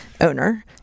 owner